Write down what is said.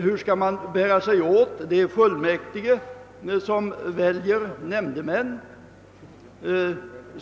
Hur skall man bära sig åt då det är fullmäktige som väljer nämndemän?